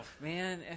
man